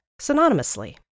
synonymously